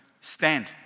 Stand